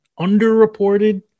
underreported